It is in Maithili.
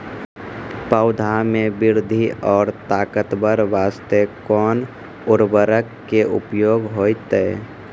पौधा मे बृद्धि और ताकतवर बास्ते कोन उर्वरक के उपयोग होतै?